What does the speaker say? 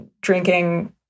drinking